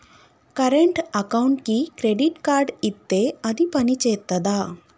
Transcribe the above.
Current అకౌంట్కి credit card ఇత్తే అది పని చేత్తదా?